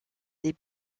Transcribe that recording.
des